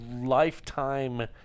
lifetime